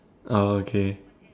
oh okay